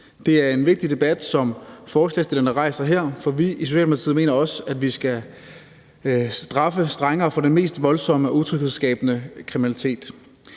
Det er en vigtig debat, som forslagsstillerne rejser her, for vi i Socialdemokratiet mener også, at vi skal straffe strengere for den mest voldsomme og utryghedsskabende kriminalitet.